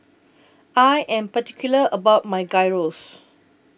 I Am particular about My Gyros